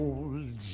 Old